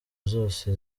zose